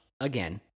Again